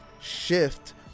shift